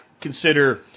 consider